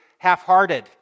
half-hearted